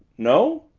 no?